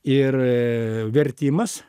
ir vertimas